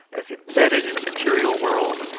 as embedded in a material world,